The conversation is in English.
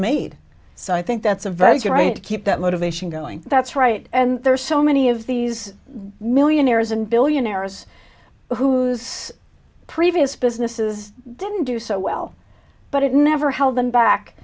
made so i think that's a very right to keep that motivation going that's right and there are so many of these millionaires and billionaires whose previous businesses didn't do so well but it never held them back